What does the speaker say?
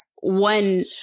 one